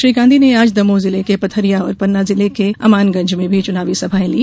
श्री गांधी ने आज दमोह जिले के पथरिया और पन्ना जिले के अमानगंज में भी चुनावी सभा ली